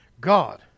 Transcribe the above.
God